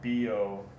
bo